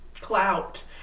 clout